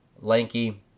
lanky